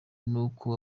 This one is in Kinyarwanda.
n’uko